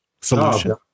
solution